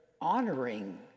honoring